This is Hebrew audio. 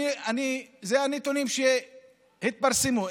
אלה הנתונים שהתפרסמו.